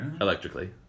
Electrically